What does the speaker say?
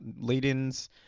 lead-ins